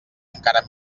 encara